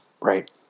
right